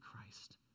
Christ